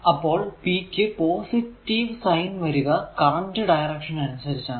അപ്പോൾ p ക്കു positive sign വരിക കറന്റ് ഡയറൿഷൻ അനുസരിച്ചാണ്